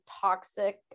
toxic